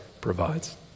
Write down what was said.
provides